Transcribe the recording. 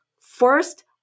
first